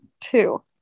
two